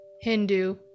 Hindu